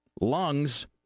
lungs